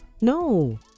no